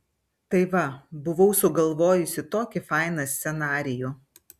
tai va buvau sugalvojusi tokį fainą scenarijų